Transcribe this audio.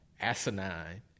asinine